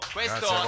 questo